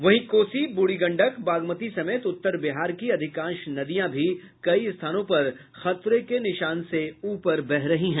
वहीं कोसी ब्रूढ़ी गंडक बागमती समेत उत्तर बिहार की अधिकांश नदियां कई स्थानों पर खतरे के निशान से ऊपर बह रही है